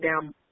down